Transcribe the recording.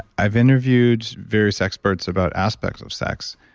i've interviewed various experts about aspects of sex.